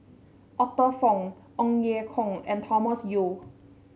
Arthur Fong Ong Ye Kung and Thomas Yeo